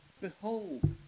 Behold